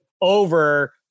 over